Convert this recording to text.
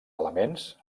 elements